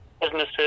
businesses